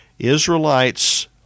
Israelites